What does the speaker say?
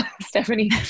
Stephanie